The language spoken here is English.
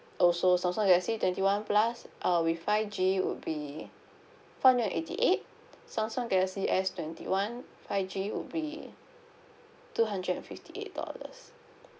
also samsung galaxy twenty one plus uh with five G would be four hundred and eighty eight samsung galaxy S twenty one five G would be two hundred and fifty eight dollars